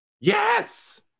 Yes